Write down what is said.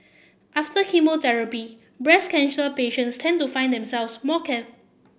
after chemotherapy breast cancer patients tend to find themselves more